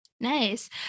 Nice